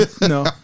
No